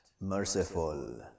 merciful